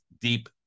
deep